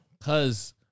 Cause